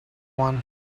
won